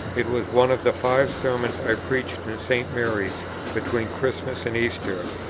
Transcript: it was one of the five sermons i preached in st. mary's between christmas and easter,